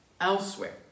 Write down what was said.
elsewhere